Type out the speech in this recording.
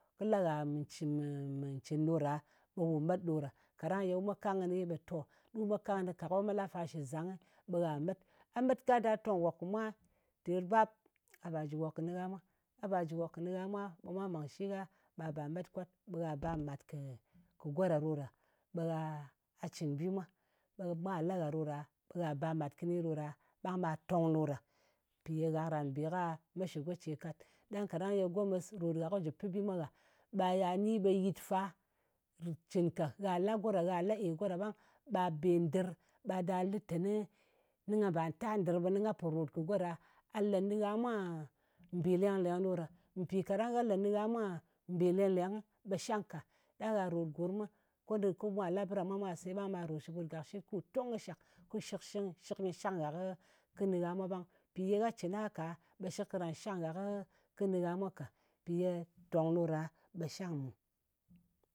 Kɨ la gha mɨ ncɨn, ncɨn ɗo ɗa, ɓe wù met ɗo ɗa. Kaɗang ye wu me kang kɨnɨ, ɓe to. Ɗu me kang kɨnɨ ka ko kɨ me la fa shɨ zangɨ, ɓe gha met. A met kwa da tong nwòk kɨ mwa ter bap, ɓa ba jɨ nwòk kɨ nɨgha mwa. A ba jɨ ngòk kɨ nɨgha mwa, ɓe mwa mang shi gha ɓa ba met kwat. Ɓe gha ba màt kɨ go ɗa ɗo ɗa. Ɓe gha cɨn bi mwa. Mwa la gha ɗo ɗa, ko gha ɓa màt kɨni ɗo ɗa, ɓang ɓa tong ɗo ɗa. Mpì ye gha kàràn be ka me shɨ go ce kat. Ɗang kaɗang ye gomɨs kɨ rot gha ko jɨ pɨ bi mwa gha, ɓa ya ni ɓe yit fa, cɨn ka, gha la go ɗa. Gha la-e go ɗa ɓang, ɓa be ndɨr, ɓa ɗa lɨ teni nga bà ta ndɨr, ɓe nɨ nga pò ròt kɨ go ɗa, a le nɨgha mwa mbì leng-lèng ɗo ɗa. Mpì kaɗang gha le nɨgha mwa mbì leng-lèngɨ, ɓe shang ka. Ɗang gha ròt gurmɨ, ko mwa la bɨ ɗa mwa mwà se, ɓang ɓa ròt shɨ ɓùt gakshit kù tòng kɨ shak, kɨ shɨk nyɨ shang ngha kɨ nɨgha mwa ɓang. Mpì ye gha cɨn a ka, ɓe shɨk karan shang ngha kɨ nɨgha mwa ka. Mpì ye tòng ɗo ɗa ɓe shang mùn.